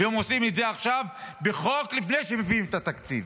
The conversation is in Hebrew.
והם עושים את זה עכשיו בחוק לפני שמביאים את התקציב.